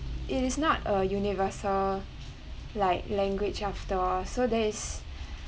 it is not a universal like language after all so there is